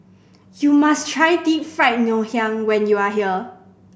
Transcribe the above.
you must try Deep Fried Ngoh Hiang when you are here